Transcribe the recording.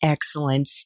Excellent